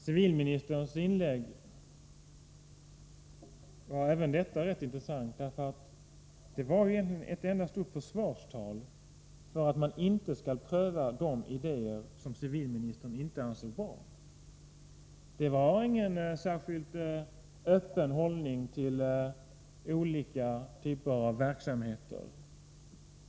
Herr talman! Även detta inlägg av civilministern var rätt intressant, därför att det egentligen var ett enda stort försvarstal för att man inte skall pröva de idéer som civilministern inte anser vara bra. Det är ingen särskilt öppen hållning till olika typer av verksamheter.